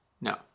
No